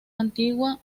antigua